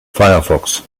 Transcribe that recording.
firefox